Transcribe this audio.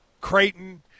Creighton